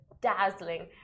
dazzling